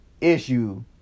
issue